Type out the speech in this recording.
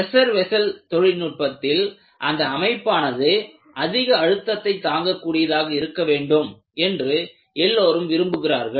pressure vessel தொழில்நுட்பத்தில் அந்த அமைப்பானது அதிக அழுத்தத்தைத் தாங்கக் கூடியதாக இருக்க வேண்டும் என்று எல்லோரும் விரும்புகிறார்கள்